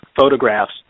photographs